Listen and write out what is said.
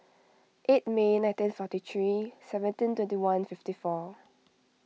eight May nineteen forty three seventeen twenty one fifty four